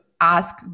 ask